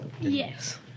Yes